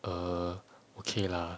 err okay lah